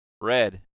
red